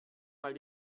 mal